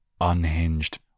unhinged